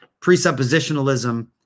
presuppositionalism